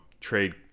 trade